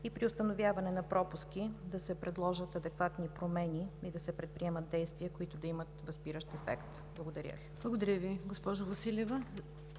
При установяване на пропуски да се предложат адекватни промени и да се предприемат действия, които да имат възпиращ ефект. Благодаря Ви. ПРЕДСЕДАТЕЛ НИГЯР ДЖАФЕР: Благодаря Ви, госпожо Василева.